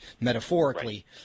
metaphorically